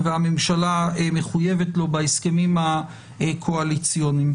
והממשלה מחויבת לו בהסכמים הקואליציוניים.